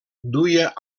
duia